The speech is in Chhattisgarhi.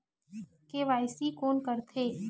के.वाई.सी कोन करथे?